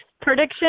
prediction